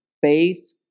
faith